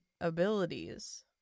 abilities